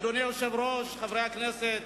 אדוני היושב-ראש, חברי הכנסת,